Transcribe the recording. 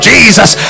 Jesus